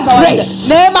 grace